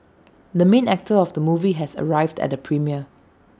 the main actor of the movie has arrived at the premiere